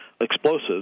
explosives